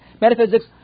Metaphysics